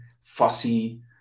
fussy